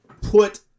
put